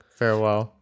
farewell